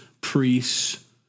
priests